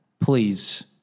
please